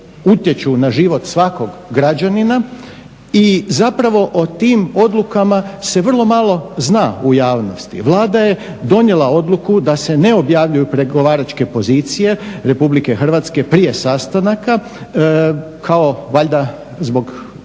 na život svakog građanina i zapravo o tim odlukama se vrlo malo zna u javnosti. Vlada je donijela odluku da se ne objavljuju pregovaračke pozicije RH prije sastanaka kao valjda zbog toga